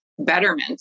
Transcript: betterment